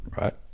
Right